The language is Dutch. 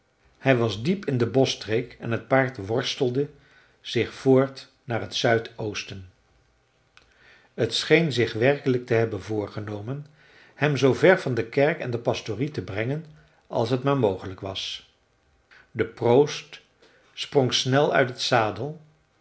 hij was diep in de boschstreek en t paard worstelde zich voort naar het zuidoosten het scheen zich werkelijk te hebben voorgenomen hem zoo ver van de kerk en de pastorie te brengen als t maar mogelijk was de proost sprong snel uit het zadel